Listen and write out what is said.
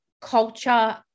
culture